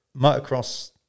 motocross